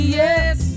yes